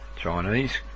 Chinese